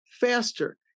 faster